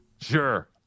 sure